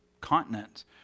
continents